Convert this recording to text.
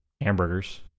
hamburgers